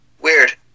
Weird